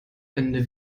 ende